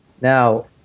Now